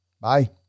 Bye